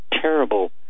terrible